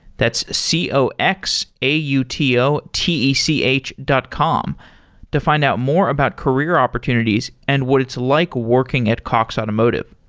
that's c o x a u t o t e c h dot com to find out more about career opportunities and what it's like working at cox automotive.